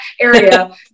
area